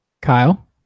Kyle